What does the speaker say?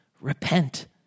repent